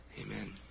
Amen